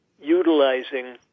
utilizing